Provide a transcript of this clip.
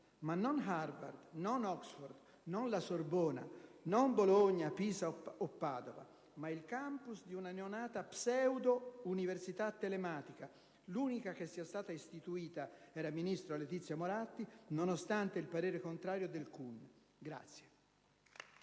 ma non Harvard, non Oxford, non la Sorbona, non quella di Bologna, di Pisa o di Padova, bensì il *campus* di una neonata pseudouniversità telematica, l'unica che sia stata istituita (era ministro Letizia Moratti) nonostante il parere contrario del CUN.